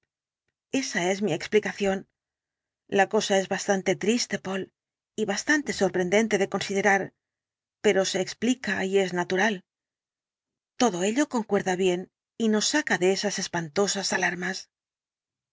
esa es mi explicación la cosa es bastante triste poole y bastante sorprendente de considerar pero se explica y es natural todo ello concuerda bien y nos saca de esas espantosas alarmas